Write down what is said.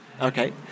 Okay